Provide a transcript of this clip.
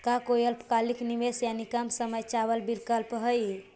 का कोई अल्पकालिक निवेश यानी कम समय चावल विकल्प हई?